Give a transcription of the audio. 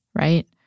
right